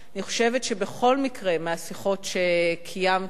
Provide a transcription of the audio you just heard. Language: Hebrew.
אני חושבת שבכל מקרה, מהשיחות שקיימתי,